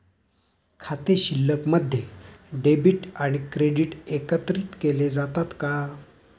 खाते शिल्लकमध्ये डेबिट आणि क्रेडिट एकत्रित केले जातात का?